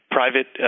private